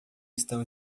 estão